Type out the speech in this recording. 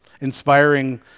inspiring